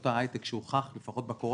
אותו הייטק שהוכח לפחות בקורונה,